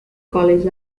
college